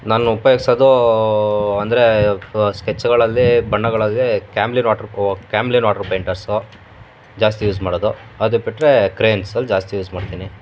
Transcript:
ನಾನು ಉಪಯೋಗ್ಸೋದು ಅಂದರೆ ಸ್ಕೆಚ್ಗಳಲ್ಲಿ ಬಣ್ಣಗಳಲ್ಲಿ Camlin water Camlin water painters ಜಾಸ್ತಿ ಯೂಸ್ ಮಾಡೋದು ಅದು ಬಿಟ್ಟರೆ ಕ್ರೇನ್ಸು ಜಾಸ್ತಿ ಯೂಸ್ ಮಾಡ್ತೀನಿ